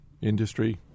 industry